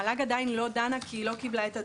המל"ג עדיין לא דנה כי היא לא קיבלה את הדוח.